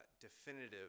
definitive